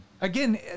Again